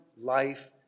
life